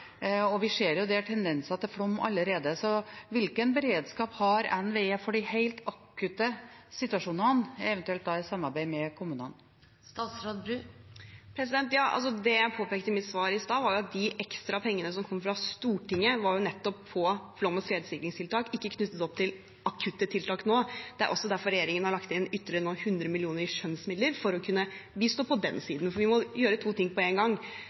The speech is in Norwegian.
og der ser vi tendenser til flom allerede. Så hvilken beredskap har NVE for de helt akutte situasjonene, eventuelt da i samarbeid med kommunene? Det jeg påpekte i mitt svar i stad, var at de ekstra pengene som kom fra Stortinget, nettopp var til flom- og sikringstiltak, ikke knyttet opp til akutte tiltak nå. Det er derfor regjeringen nå har lagt inn ytterligere 100 mill. kr i skjønnsmidler for å bistå på den siden. For vi må gjøre to ting på én gang.